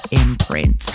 imprint